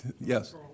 Yes